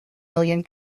million